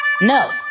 no